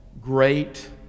great